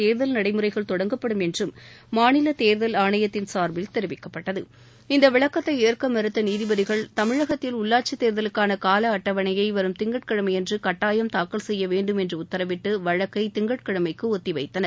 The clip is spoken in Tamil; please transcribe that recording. தேர்தல் நடைமுறைகள் தொடங்கப்படும் என்றும் மாநில தேர்தல் ஆணையத்தின் சார்பில் தெரிவிக்கப்பட்டகி இந்த விளக்கத்தை ஏற்க மறுத்த நீதிபதிகள் தமிழகத்தில் உள்ளாட்சித் தேர்தலுக்கான கால அட்டவணையை வரும் திங்கட்கிழமையன்று கட்டாயம் தாக்கல் செய்ய வேண்டும் என்று உத்தரவிட்டு வழக்கை திங்கட்கிழமைக்கு ஒத்திவைத்தனர்